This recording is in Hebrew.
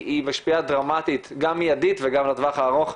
היא משפיעה דרמטית גם מיידית וגם לטווח הארוך.